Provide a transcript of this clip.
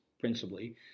principally